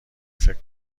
فکر